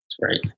Right